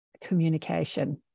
communication